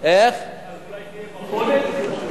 אולי תהיה מפולת?